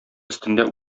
өстендә